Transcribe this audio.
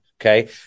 okay